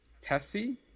tessie